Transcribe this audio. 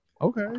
Okay